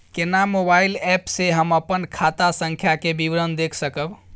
केना mobile app से हम अपन खाता संख्या के विवरण देख सकब?